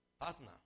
partner